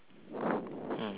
mm draw a crop top